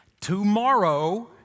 Tomorrow